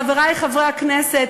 חברי חברי הכנסת,